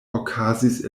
okazis